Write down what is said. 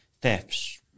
thefts